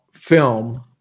film